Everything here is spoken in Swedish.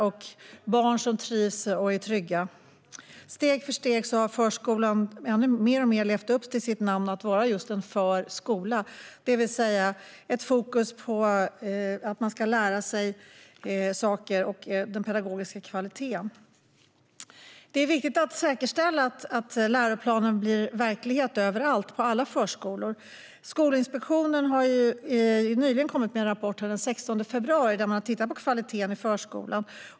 Det är barn som trivs och är trygga. Steg för steg har förskolan mer och mer levt upp till sitt namn, alltså för-skola. Det är alltså fokus på att man ska lära sig saker och på den pedagogiska kvaliteten. Det är viktigt att säkerställa att läroplanen blir verklighet på alla förskolor. Skolinspektionen har nyligen kommit med en rapport, den 16 februari, där man har tittat på kvaliteten i förskolan.